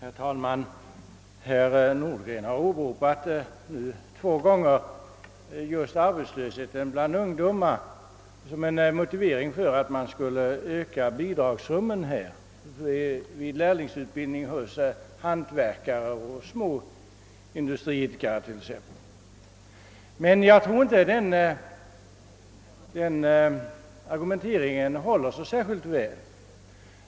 Herr talman! Herr Nordgren har två gånger åberopat arbetslösheten just bland ungdomen såsom en motivering för att öka bidragsrummen till lärlingsutbildning för hantverkare och småindustriidkare. Men jag tror inte att den argumenteringen håller särskilt väl.